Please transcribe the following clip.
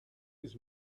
his